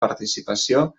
participació